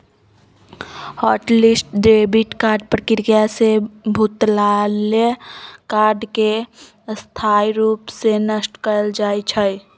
hot list debit card प्रक्रिया से भुतलायल कार्ड के स्थाई रूप से नष्ट कएल जाइ छइ